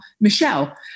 Michelle